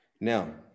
Now